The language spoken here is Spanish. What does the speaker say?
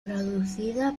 producida